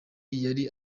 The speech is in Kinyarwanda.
yari